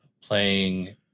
playing